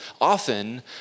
often